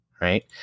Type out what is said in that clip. right